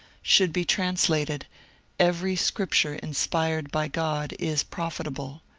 should be translated every scripture inspired by god is profitable,